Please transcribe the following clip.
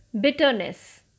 bitterness